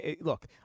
look